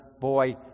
boy